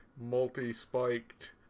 multi-spiked